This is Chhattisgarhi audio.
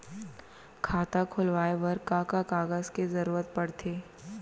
खाता खोलवाये बर का का कागज के जरूरत पड़थे?